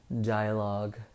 dialogue